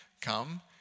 come